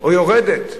או יורדת.